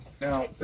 Now